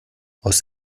aus